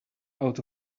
out